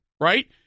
right